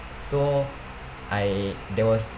so I there was